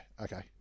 okay